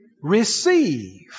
receive